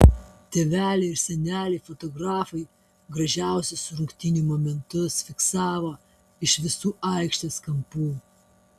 tėveliai ir seneliai fotografai gražiausius rungtynių momentus fiksavo iš visų aikštės kampų